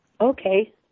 Okay